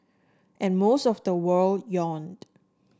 and most of the world yawned